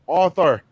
author